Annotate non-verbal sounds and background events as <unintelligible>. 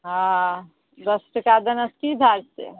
हँ दश टका देनऽ <unintelligible>